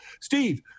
Steve